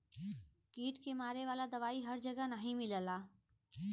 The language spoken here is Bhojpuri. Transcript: कीट के मारे वाला दवाई हर जगह नाही मिलला